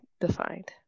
defined